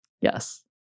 Yes